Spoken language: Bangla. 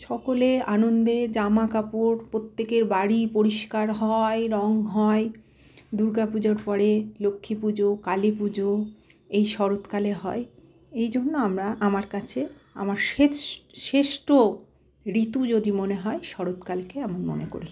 সকলে আনন্দে জামা কাপড় প্রত্যেকের বাড়ি পরিষ্কার হয় রঙ হয় দুর্গা পুজোর পরে লক্ষ্মী পুজো কালী পুজো এই শরৎকালে হয় এই জন্য আমরা আমার কাছে আমার শ্রেষ্ঠ ঋতু যদি মনে হয় শরৎকালকে আমি মনে করি